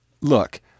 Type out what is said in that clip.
Look